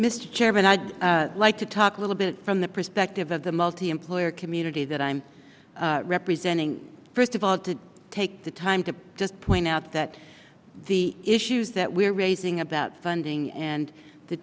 mr chairman i'd like to talk a little bit from the perspective of the multi employer community that i'm representing first of all to take the time to just point out that the issues that we're raising about funding and the